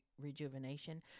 rejuvenation